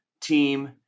team